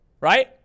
right